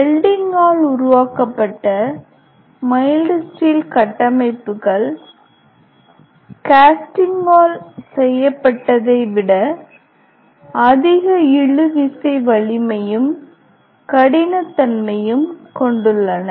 வெல்டிங்கால் உருவாக்கப்பட்ட mild steel கட்டமைப்புகள் கேஸ்டிங்கால் செய்யப்பட்டதை விட அதிக இழுவிசை வலிமையும் கடினத்தன்மையும் கொண்டுள்ளன